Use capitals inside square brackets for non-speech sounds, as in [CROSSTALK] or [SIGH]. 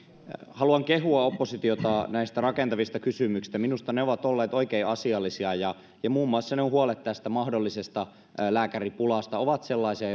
haluan kehua oppositiota näistä rakentavista kysymyksistä minusta ne ovat olleet oikein asiallisia ja muun muassa ne huolet tästä mahdollisesta lääkäripulasta ovat sellaisia [UNINTELLIGIBLE]